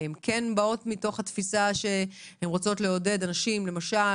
הן כן באות מתוך תפיסה שהן רוצות לעודד הורים